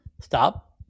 Stop